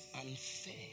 unfair